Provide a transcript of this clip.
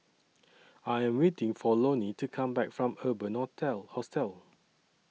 I Am waiting For Lonie to Come Back from Urban Hotel Hostel